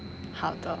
好的